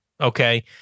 Okay